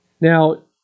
Now